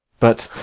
but,